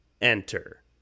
enter